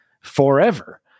forever